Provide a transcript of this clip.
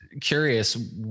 curious